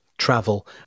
travel